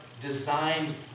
designed